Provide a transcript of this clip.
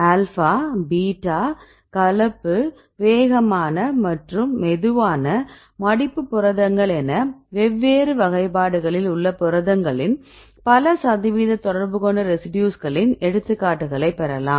alpha beta கலப்பு வேகமான மற்றும் மெதுவான மடிப்பு புரதங்கள் என வெவ்வேறு வகைபாடுகளில் உள்ள புரதங்களின் பல சதவீத தொடர்புகொண்ட ரெசிடியூஸ்களின் எடுத்துக்காட்டுகளை பெறலாம்